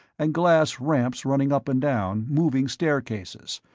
and glass ramps running up and down, moving staircases,